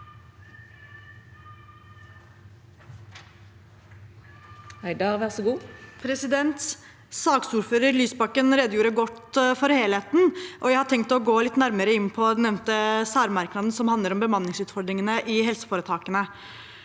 Saksordfører Lysbak- ken redegjorde godt for helheten. Jeg har tenkt å gå litt nærmere inn på den nevnte særmerknaden som handler om bemanningsutfordringene i helseforetakene.